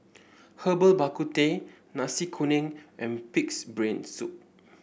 Herbal Bak Ku Teh Nasi Kuning and pig's brain soup